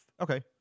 Okay